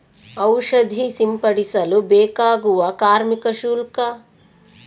ಔಷಧಿ ಸಿಂಪಡಿಸಲು ಬೇಕಾಗುವ ಕಾರ್ಮಿಕ ಶುಲ್ಕ?